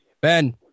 Ben